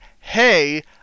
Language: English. hey